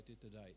today